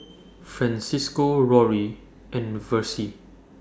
Francisco Rory and Versie